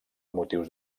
motius